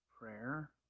prayer